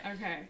Okay